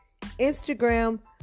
Instagram